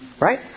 Right